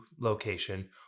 location